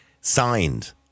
Signed